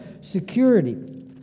security